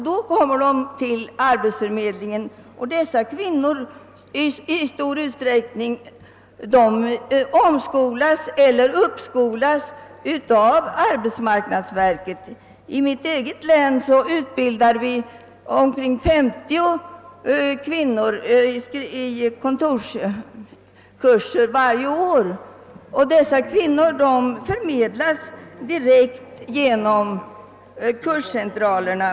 De kommer till arbetsförmedlingen och omskolas eller uppskolas sedan i stor utsträckning av arbetsmarknadsverket. I mitt eget län utbildas årligen på kontorskurser omkring 50 kvinnor som sedan förmedlas arbete direkt genom kurscentralerna.